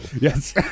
Yes